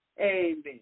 Amen